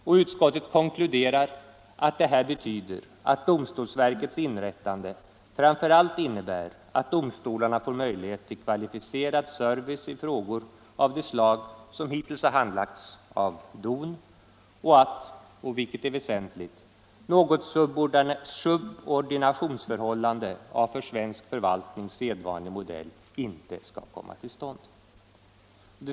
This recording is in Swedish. Och utskottet konkluderar att det här betyder att domstolsverkets inrättande framför allt innebär att domstolarna får möjlighet till kvalificerad service i frågor av det slag som hittills har handlagts av DON och att, vilket är väsentligt, något subordinationsförhållande av för svensk förvaltning sedvanlig modell inte skall komma till stånd.